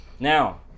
Now